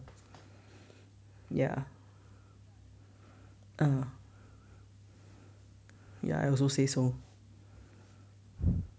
ya uh I also say so